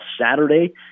Saturday